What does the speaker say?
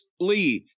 leave